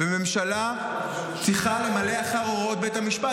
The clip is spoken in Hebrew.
והממשלה צריכה למלא אחר הוראות בית המשפט.